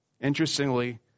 Interestingly